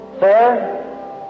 Sir